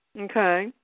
Okay